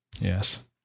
Yes